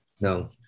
No